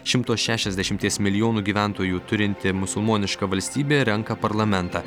šimto šešiasdešimties milijonų gyventojų turinti musulmoniška valstybė renka parlamentą